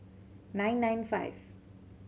nine nine five